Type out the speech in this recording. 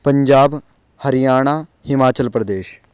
पञ्जाब् हर्याणा हिमाचलप्रदेशः